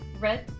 red